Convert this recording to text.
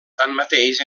tanmateix